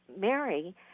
Mary